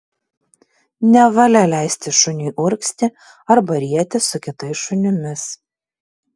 nevalia leisti šuniui urgzti arba rietis su kitais šunimis